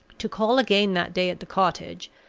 to call again that day at the cottage,